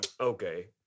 Okay